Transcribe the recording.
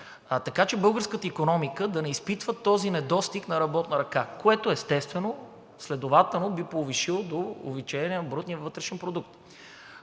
така че българската икономика да не изпитва този недостиг на работна ръка, което, естествено, би довело до увеличение на брутния вътрешен продукт.